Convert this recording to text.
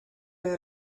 had